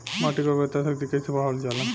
माटी के उर्वता शक्ति कइसे बढ़ावल जाला?